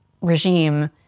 regime